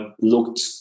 looked